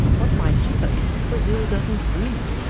what might happen if brazil doesn't win?